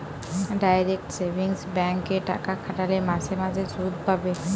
direct savings bank এ টাকা খাটালে মাসে মাসে শুধ পাবে